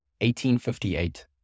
1858